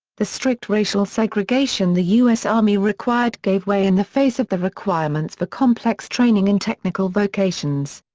the strict racial segregation the u s. army required gave way in the face of the requirements for complex training in technical vocations.